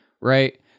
Right